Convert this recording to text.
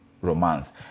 romance